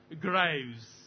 graves